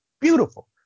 Beautiful